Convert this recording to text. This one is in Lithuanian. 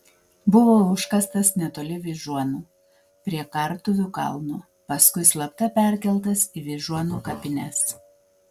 buvo užkastas netoli vyžuonų prie kartuvių kalno paskui slapta perkeltas į vyžuonų kapines